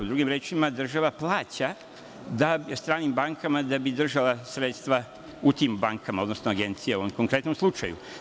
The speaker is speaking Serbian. Drugim rečima, država plaća stranim bankama da bi držala sredstva u tim bankama, odnosno Agencija u ovom konkretnom slučaju.